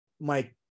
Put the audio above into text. Mike